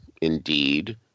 indeed